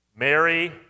Mary